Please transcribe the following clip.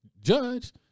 judge